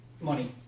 money